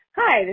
Hi